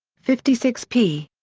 fifty six p.